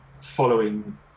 following